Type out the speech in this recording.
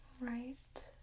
right